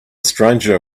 stranger